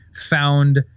found